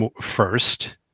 first